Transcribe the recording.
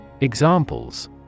Examples